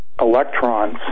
electrons